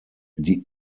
die